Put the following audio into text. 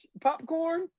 Popcorn